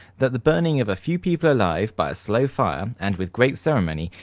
that the burning of a few people alive by a slow fire, and with great ceremony,